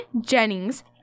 Jennings